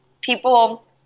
people